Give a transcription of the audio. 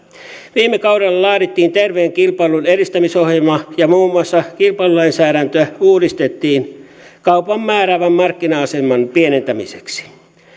viime kaudella laadittiin terveen kilpailun edistämisohjelma ja muun muassa kilpailulainsäädäntöä uudistettiin kaupan määräävän markkina aseman pienentämiseksi